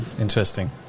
interesting